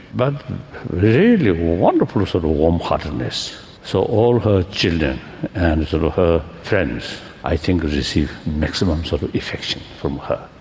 but really wonderful sort of warm-heartedness. so all her children and sort of her friends i think received maximum sort of affection from her.